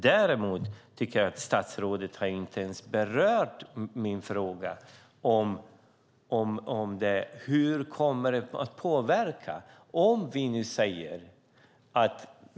Sedan har statsrådet inte ens berört min fråga hur det kommer att påverka arbetsskadeavgiften.